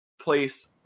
place